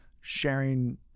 sharing